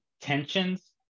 tensions